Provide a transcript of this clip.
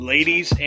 Ladies